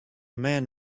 man